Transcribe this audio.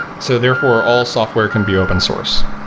so therefore all software can be open source.